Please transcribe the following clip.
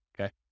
okay